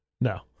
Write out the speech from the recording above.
No